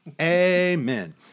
Amen